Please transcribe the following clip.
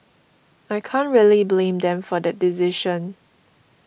I can't really blame them for that decision